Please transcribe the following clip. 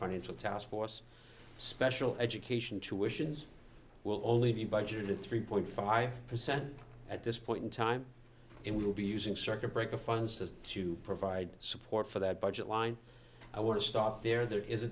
financial taskforce special education tuition's will only be budgeted three point five percent at this point in time and we will be using circuit breaker funds as to provide support for that budget line i want to stop there there is a